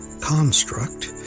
construct